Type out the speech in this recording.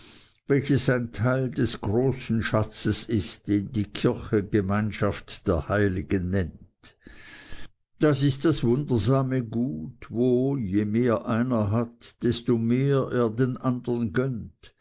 welches ein kleiner teil des großen schatzes ist den die kirche gemeinschaft der heiligen nennt das ist das wundersame gut wo je mehr einer hat desto mehr er den andern gönnt